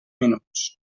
minuts